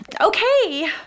Okay